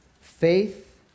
Faith